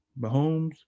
Mahomes